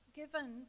given